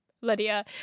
Lydia